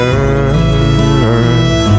earth